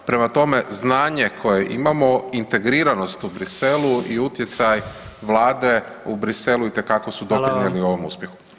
Prema tome, znanje koje imamo integriranost u Bruxellesu i utjecaj Vlade u Bruxellesu itekako su doprinijeli ovom uspjehu.